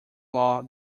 law